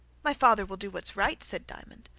my father will do what's right, said diamond.